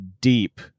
deep